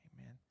Amen